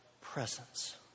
presence